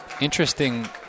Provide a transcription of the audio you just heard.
Interesting